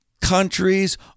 countries